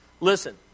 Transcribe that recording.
Listen